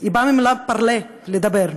באה מהמילה parler, לדבר.